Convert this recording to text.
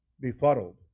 befuddled